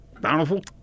Bountiful